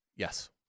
Yes